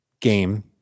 game